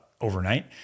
overnight